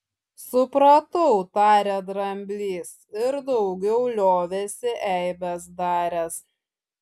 supratau tarė dramblys ir daugiau liovėsi eibes daręs